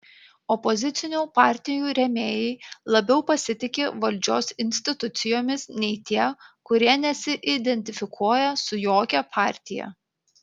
opozicinių partijų rėmėjai labiau pasitiki valdžios institucijomis nei tie kurie nesiidentifikuoja su jokia partija